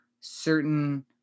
certain